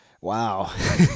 Wow